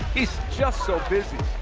he's just so busy.